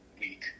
week